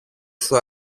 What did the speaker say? σου